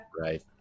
Right